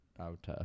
out